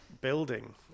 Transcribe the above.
building